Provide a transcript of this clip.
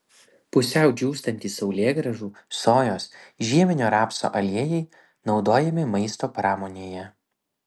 pusiau džiūstantys saulėgrąžų sojos žieminio rapso aliejai naudojami maisto pramonėje